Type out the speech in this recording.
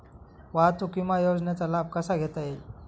वाहतूक विमा योजनेचा लाभ कसा घेता येईल?